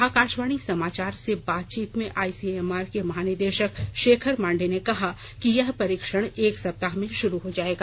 आकाशवाणी समाचार से बातचीत में सीएसआईआर के महानिदेशक शेखर मांडे ने कहा कि यह परीक्षण एक सप्ताह में शुरू हो जाएगा